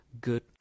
good